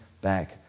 back